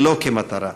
ולא כמטרה.